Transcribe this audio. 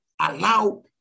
allow